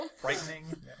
Frightening